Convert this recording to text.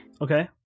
Okay